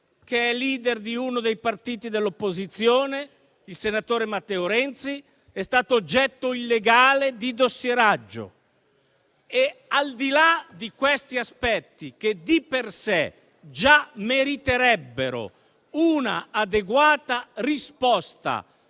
ed è *leader* di uno dei partiti dell'opposizione, il senatore Matteo Renzi, è stato oggetto illegale di dossieraggio. Questi aspetti di per sé già meriterebbero un'adeguata risposta,